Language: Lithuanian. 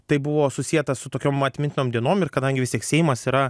tai buvo susieta su tokiom atmintinom dienom ir kadangi vis tiek seimas yra